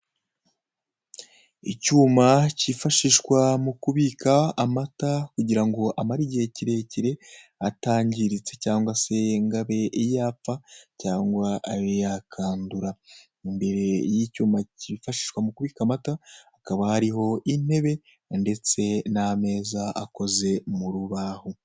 Icyuma kiifashishwa mu kubika amata kugira ngo amare igihe kirekire atangiritse cyangwa se ngo abe yapfa cyangwa abe yakandura, imbere y'icyuma kifashishwa mu kubika amata hakaba hariho intebe ndetse n'ameza akoze mu rubaho.